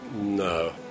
No